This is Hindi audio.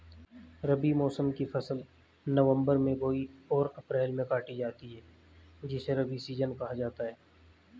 रबी मौसम की फसल नवंबर में बोई और अप्रैल में काटी जाती है जिसे रबी सीजन कहा जाता है